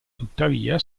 tuttavia